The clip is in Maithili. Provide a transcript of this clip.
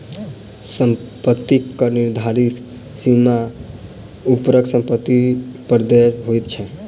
सम्पत्ति कर निर्धारित सीमा सॅ ऊपरक सम्पत्ति पर देय होइत छै